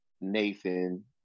Nathan